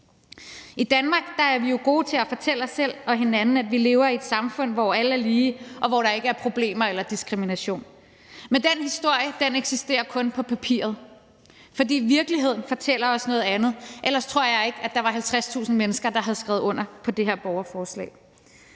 I Danmark er vi gode til at fortælle os selv og hinanden, at vi lever i et samfund, hvor alle er lige, og hvor der ikke er problemer eller diskrimination, men den historie eksisterer kun på papiret, for virkeligheden fortæller os noget andet. Ellers tror jeg ikke, at der var 50.000 mennesker, der havde skrevet under på det her borgerforslag.